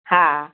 हा